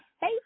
Hey